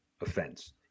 offense